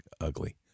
ugly